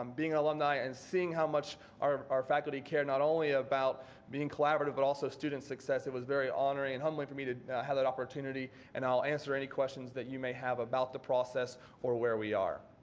um being an alumni and seeing how much our our faculty care not only about being collaborative, but also student success, it was very honoring and humbling for me to have that opportunity and i'll answer any questions that you may have about the process or where we are.